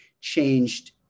changed